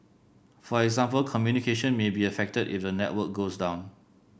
for example communication may be affected if the network goes down